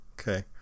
Okay